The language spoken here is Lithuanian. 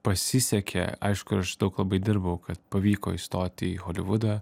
pasisekė aišku aš daug labai dirbau kad pavyko įstoti į holivudą